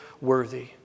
worthy